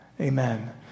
Amen